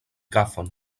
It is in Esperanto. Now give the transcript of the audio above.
kafon